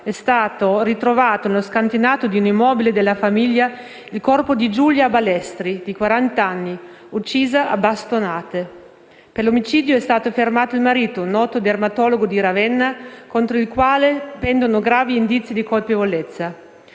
è stato ritrovato, nello scantinato di un immobile della famiglia, il corpo di Giulia Ballestri, di quarant'anni, uccisa a bastonate; per l'omicidio è stato fermato il marito, un noto dermatologo di Ravenna, contro il quale pendono gravi indizi di colpevolezza.